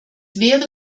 wäre